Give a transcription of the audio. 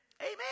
Amen